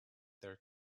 their